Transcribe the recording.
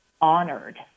honored